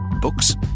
Books